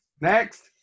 Next